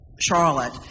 Charlotte